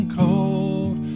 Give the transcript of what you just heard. cold